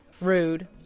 Rude